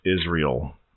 Israel